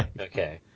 Okay